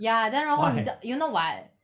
ya then 然后很像 you know what